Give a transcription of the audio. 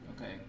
okay